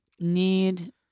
need